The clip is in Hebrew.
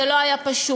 זה לא היה פשוט.